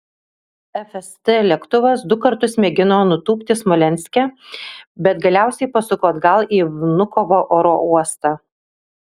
fst lėktuvas du kartus mėgino nutūpti smolenske bet galiausiai pasuko atgal į vnukovo oro uostą